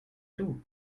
tout